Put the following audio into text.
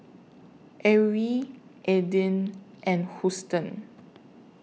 Arrie Aydin and Huston